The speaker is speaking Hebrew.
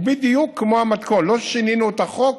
הוא בדיוק כמו המתכון, לא שינינו את החוק